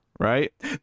Right